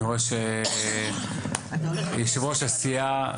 אני רואה שיושב-ראש הסיעה.